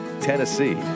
Tennessee